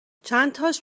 چنتاش